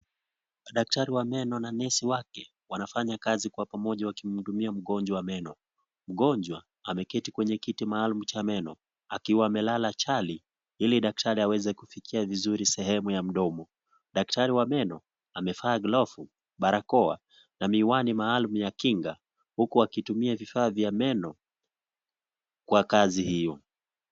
Daktari wa meno na nesi wake wanafanya kazi kwa pamoja wakimhudumia mgonjwa wa meno, mgonjwa ameketi kwenye kiti maalumu cha meno akiwa amelala chali, ili daktari aweze kufikia vizuri sehemu ya mdomo. Daktari wa meno amevaa glovu, barakoa, na miwani maalum ya kinga huku akitumia vifaa vywa meno, kwa kazi hio.